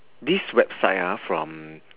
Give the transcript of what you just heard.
this website ah from